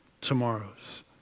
tomorrows